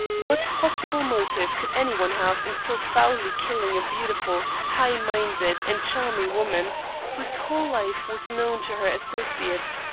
what possible motive could any one have in so foully killing a beautiful, high-minded, and charming woman whose whole life was known to her associates,